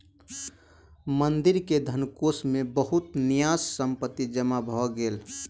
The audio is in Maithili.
मंदिर के धनकोष मे बहुत न्यास संपत्ति जमा भ गेल